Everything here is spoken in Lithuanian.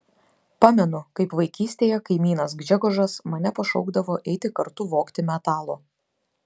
pamenu kaip vaikystėje kaimynas gžegožas mane pašaukdavo eiti kartu vogti metalo